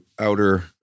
outer